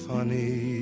Funny